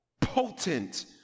potent